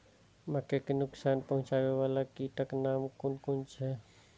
मके के नुकसान पहुँचावे वाला कीटक नाम कुन कुन छै?